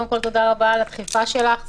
קודם כול, תודה רבה על הדחיפה שלך.